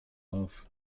auf